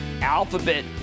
Alphabet